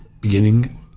beginning